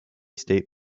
state